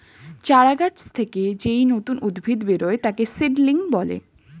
চারা গাছ থেকে যেই নতুন উদ্ভিদ বেরোয় তাকে সিডলিং বলে